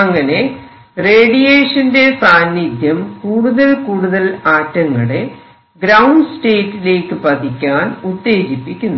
അങ്ങനെ റേഡിയേഷന്റെ സാനിദ്ധ്യം കൂടുതൽ കൂടുതൽ ആറ്റങ്ങളെ ഗ്രൌണ്ട് സ്റ്റേറ്റിലേക്ക് പതിക്കാൻ ഉത്തേജിപ്പിക്കുന്നു